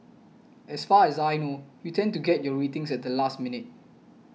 as far as I know you tend to get your ratings at the last minute